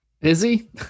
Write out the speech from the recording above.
Busy